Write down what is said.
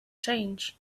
change